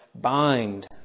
bind